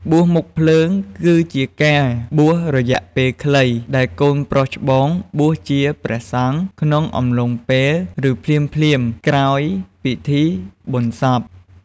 បួសមុខភ្លើង គឺជាការបួសរយៈពេលខ្លី ដែលកូនប្រុសច្បងបួសជាព្រះសង្ឃ ក្នុងអំឡុងពេល ឬភ្លាមៗក្រោយពិធីបុណ្យសព។